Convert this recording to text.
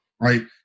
right